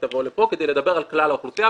היא תבוא לכאן כדי לדבר על כלל האוכלוסייה.